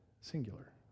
singular